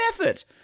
effort